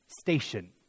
station